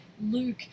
Luke